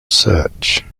search